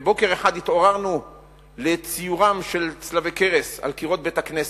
בוקר אחד התעוררנו לבשורה על ציור צלבי קרס על קירות בית-הכנסת,